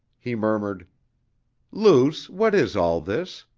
he murmured luce, what is all this?